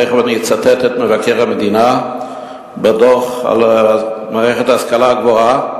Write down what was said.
תיכף אני אצטט את מבקר המדינה בדוח על מערכת ההשכלה הגבוהה,